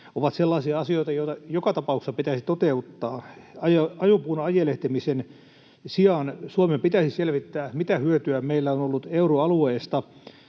ovat sellaisia asioita, joita joka tapauksessa pitäisi toteuttaa. Ajopuuna ajelehtimisen sijaan Suomen pitäisi selvittää, mitä hyötyä meillä on ollut euroalueesta,